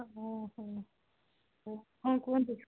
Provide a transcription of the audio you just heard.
ହଁ ହୋ ହଁ ହଁ କୁହନ୍ତୁ